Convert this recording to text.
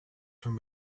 from